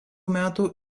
metų